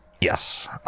Yes